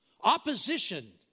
Opposition